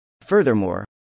Furthermore